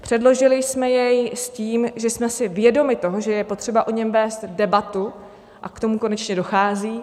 Předložili jsme jej s tím, že jsme si vědomi toho, že je potřeba o něm vést debatu a k tomu konečně dochází;